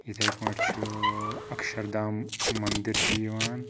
یِتھَے پٲنٛٹھۍ چھُ اَکشَردام منٛدر چھِ یِوان